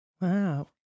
Wow